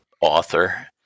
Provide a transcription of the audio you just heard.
author